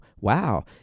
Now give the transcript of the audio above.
Wow